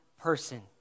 person